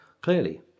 clearly